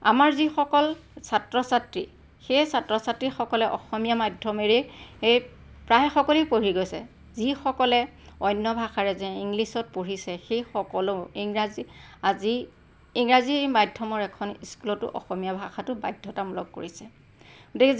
আমাৰ যিসকল ছাত্ৰ ছাত্ৰী সেই ছাত্ৰ ছাত্ৰীসকলে অসমীয়া মাধ্যমেৰেই প্ৰায়সকলে পঢ়ি গৈছে যিসকলে অন্য ভাষাৰে যে ইংলিছত পঢ়িছে সেইসকলে ইংৰাজী আজি ইংৰাজী মাধ্যমৰ এখন স্কুলতো অসমীয়া ভাষাটো বাধ্যাতামূলক কৰিছে